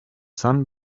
sun